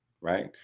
right